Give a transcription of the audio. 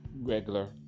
regular